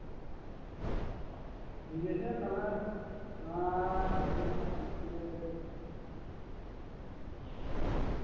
ᱴᱷᱤᱠ ᱟᱪᱪᱷᱮ ᱛᱟᱦᱞᱮ ᱱᱚᱶᱟ ᱵᱷᱟᱹᱜᱤ ᱞᱮᱱᱠᱷᱟᱱ ᱠᱳᱞᱮᱭᱟᱞᱮ ᱤᱥᱠᱩᱞ